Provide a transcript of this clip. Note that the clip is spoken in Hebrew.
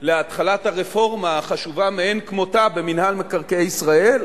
להתחלת הרפורמה החשובה מאין כמותה במינהל מקרקעי ישראל,